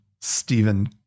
Stephen